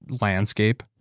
landscape